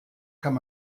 kann